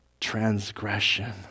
transgression